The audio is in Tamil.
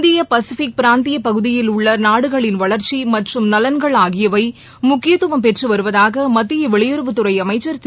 இந்திய பசிபிக் பிராந்திய பகுதியில் உள்ள நாடுகளின் வளர்ச்சி மற்றும் நலன்கள் ஆகியவை முக்கியத்துவம் பெற்று வருவதாக மத்திய வெளியுறவுத்துறை அளமச்சர் திரு